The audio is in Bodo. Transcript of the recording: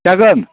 जागोन